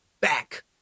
back